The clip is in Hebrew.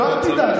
לא, אל תדאג.